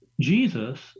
Jesus